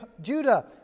Judah